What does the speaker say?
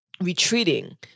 retreating